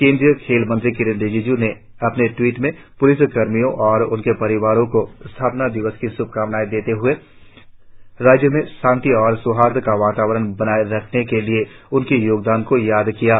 केंद्रीय खेल मंत्री किरेन रिजिजू ने अपने ट्वीट संदेश में प्लिस कर्मियों और उनके परिजनों को स्थापना दिवस की श्भकामनाएं देते हुए राज्य में शांति और सौहार्द का वातावरण बनाए रखने के लिए उनके योगदान को याद किया है